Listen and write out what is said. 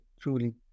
truly